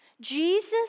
Jesus